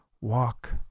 Walk